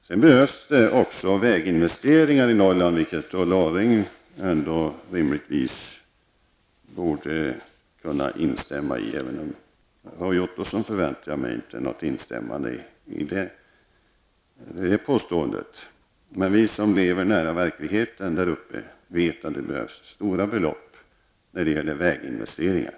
Det behövs också väginvesteringar i Norrland, något som Ulla Orring rimligtvis borde kunna instämma i. Från Roy Ottosson väntar jag mig inte något instämmande på den punkten. Men vi som lever nära verkligheten där uppe vet att det behövs stora belopp till väginvesteringar.